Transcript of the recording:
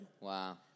Wow